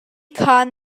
khan